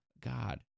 god